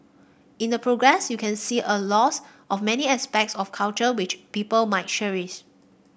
in the progress you can see a loss of many aspects of culture which people might cherish